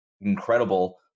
incredible